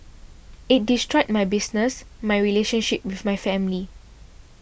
it destroyed my business my relationship with my family